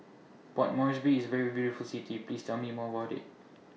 Port Moresby IS very beautiful City Please Tell Me More about IT